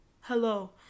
Hello